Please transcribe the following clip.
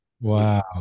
Wow